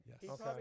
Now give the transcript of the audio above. Yes